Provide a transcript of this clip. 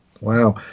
Wow